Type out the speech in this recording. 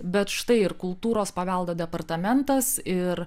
bet štai ir kultūros paveldo departamentas ir